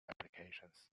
applications